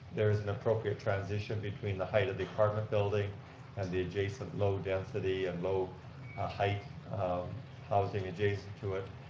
there is an appropriate transition between the height of the apartment building and the adjacent low density and low ah height housing adjacent to it.